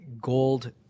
gold